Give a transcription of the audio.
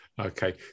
Okay